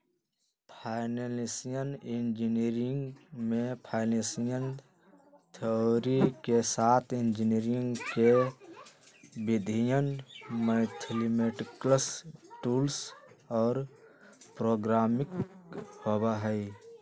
financial engineering में financial theory के साथ इंजीनियरिंग के विधियन, मैथेमैटिक्स टूल्स और प्रोग्रामिंग होबा हई